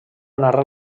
narra